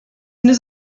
nous